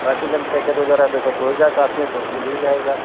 बाकी lunch packet वगैरह तो सब होएगा साथ में तो मिल ही जाएगा